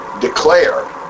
declare